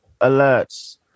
Alerts